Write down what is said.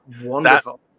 wonderful